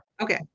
Okay